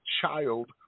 child